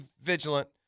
vigilant